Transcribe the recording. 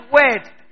word